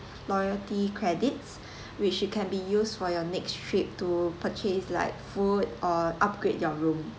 loyalty credits which you can be used for your next trip to purchase like food or upgrade your room